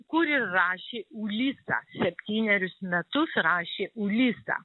kur ir rašė ulisą septynerius metus rašė ulisą